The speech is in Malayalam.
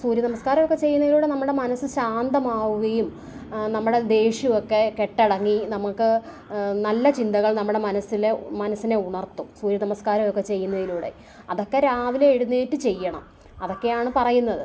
സൂര്യ നമസ്കാരമൊക്കെ ചെയ്യുന്നതിലൂടെ നമ്മുടെ മനസ്സ് ശാന്തമാവുകയും നമ്മുടെ ദേഷ്യമൊക്കെ കെട്ടടങ്ങി നമുക്ക് നല്ല ചിന്തകൾ നമ്മുടെ മനസ്സിൽ മനസ്സിനെ ഉണർത്തും സൂര്യ നമസ്കാരമൊക്കെ ചെയ്യുന്നതിലൂടെ അതൊക്കെ രാവിലെ എഴുന്നേറ്റു ചെയ്യണം അതൊക്കെ ആണ് പറയുന്നത്